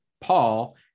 Paul